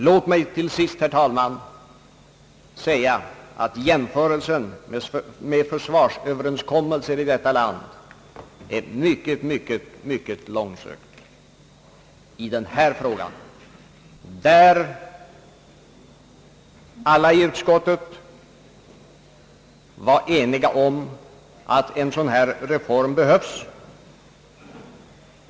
Låt mig till sist, herr talman, säga att den gjorda jämförelsen med försvarsöverenskommelser i detta land är mycket, mycket långsökt i denna fråga, ty alla i utskottet var ense om att en reform som denna behövs.